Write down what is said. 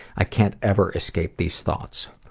i can't ever escape these thoughts.